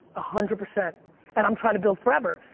a hundred percent and i'm trying to build forever.